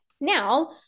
Now